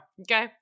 okay